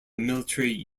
military